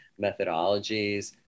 methodologies